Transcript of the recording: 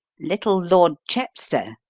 little lord chepstow?